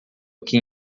aqui